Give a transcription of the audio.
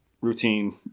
routine